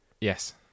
Yes